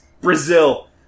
Brazil